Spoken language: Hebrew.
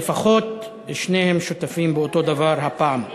לפחות שניהם שותפים באותו דבר הפעם.